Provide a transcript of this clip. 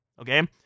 Okay